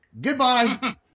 Goodbye